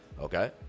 okay